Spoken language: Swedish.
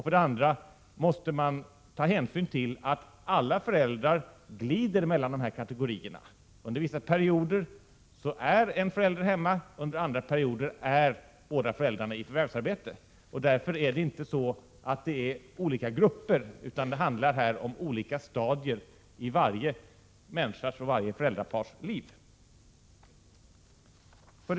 För det andra måste man ta hänsyn till att alla föräldrar glider mellan dessa kategorier: under vissa perioder är en förälder hemma, under andra perioder är båda föräldrarna i förvärvsarbete. Därför handlar det inte om olika grupper utan om olika stadier i varje föräldrapars situation.